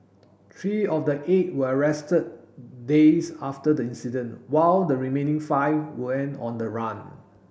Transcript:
three of the eight were arrested days after the incident while the remaining five went on the run